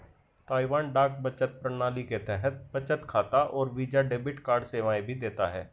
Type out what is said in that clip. Taiwan डाक बचत प्रणाली के तहत बचत खाता और वीजा डेबिट कार्ड सेवाएं भी देता है